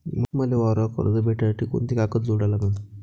मले वावरावर कर्ज भेटासाठी कोंते कागद जोडा लागन?